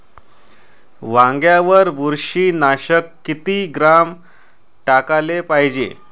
वांग्यावर बुरशी नाशक किती ग्राम टाकाले पायजे?